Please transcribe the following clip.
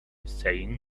saying